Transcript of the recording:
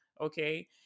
Okay